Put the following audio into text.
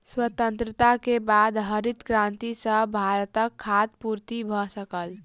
स्वतंत्रता के बाद हरित क्रांति सॅ भारतक खाद्य पूर्ति भ सकल